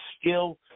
skill